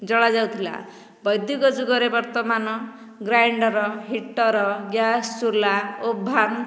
ଜଳାଯାଉଥିଲା ବୈଦିକ ଯୁଗରେ ବର୍ତ୍ତମାନ ଗ୍ରାଇଣ୍ଡର ହୀଟର ଗ୍ୟାସ ଚୁଲା ଓଭାନ୍